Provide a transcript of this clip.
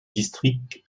district